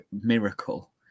miracle